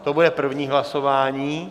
To bude první hlasování.